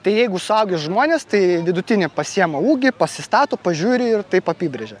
tai jeigu suaugę žmonės tai vidutinį pasiema ūgį pasistato pažiūri ir taip apibrėžia